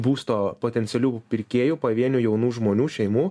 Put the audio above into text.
būsto potencialių pirkėjų pavienių jaunų žmonių šeimų